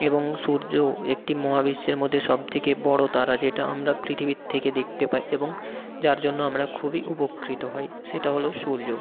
এবং সূর্যও একটি মহাবিশ্বের মধ্যে সবথেকে বড় তারা যেটা আমরা পৃথিবীর থেকে দেখতে পাই এবং যার জন্য আমরা খুবই উপকৃত হই সেটা হলো সূর্য